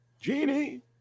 Genie